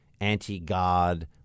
anti-God